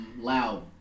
Loud